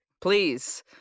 Please